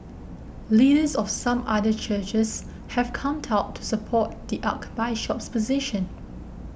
leaders of some other churches have come to out to support the Archbishop's position